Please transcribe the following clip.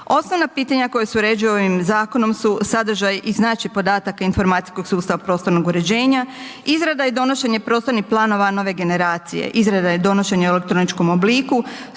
Osnovna pitanja koja se uređuju ovim zakonom su sadržaj i značaj podataka informacijskog sustava prostornog uređenja, izrada i donošenje prostornih planova nove generacije, izrada i donošenje u elektroničkom obliku,